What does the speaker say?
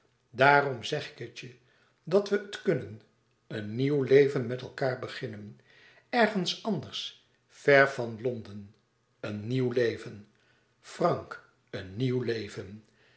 daarom zeg ik het je dat we het kunnen een nieuw leven met elkaar beginnen ergens anders ver van londen een nieuw leven frank een nieuw leven